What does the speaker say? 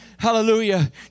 Hallelujah